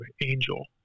angel